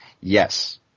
Yes